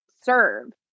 serve